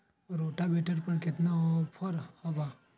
Rotavator पर केतना offer हव?